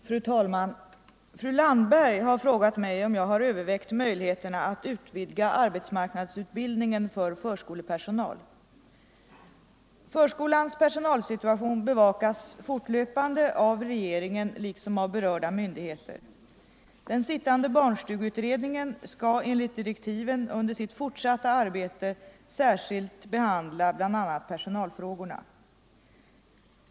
Fru talman! Fru Landberg har frågat mig om jag har övervägt möjligheterna att utvidga arbetsmarknadsutbildningen för förskolepersonal. Förskolans personalsituation bevakas fortlöpande av regeringen liksom av berörda myndigheter. Den sittande barnstugeutredningen skall enligt direktiven under sitt fortsatta arbete särskilt behandla bl.a. personalfrågorna.